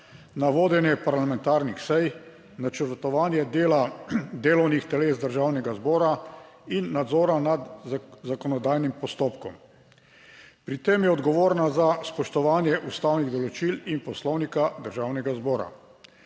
na vodenje parlamentarnih sej, načrtovanje dela delovnih teles državnega zbora in nadzora nad zakonodajnim postopkom. Pri tem je odgovorna za spoštovanje ustavnih določil in poslovnika državnega zbora.